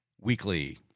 Weekly